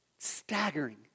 Staggering